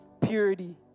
purity